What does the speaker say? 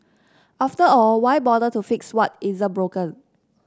after all why bother to fix what isn't broken